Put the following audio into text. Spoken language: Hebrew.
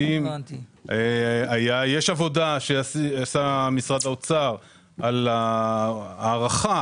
יש עבודה שעשה משרד האוצר בנוגע להערכה